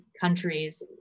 countries